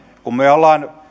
kun me olemme